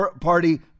party